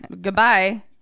Goodbye